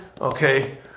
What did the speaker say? okay